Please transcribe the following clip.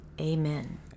Amen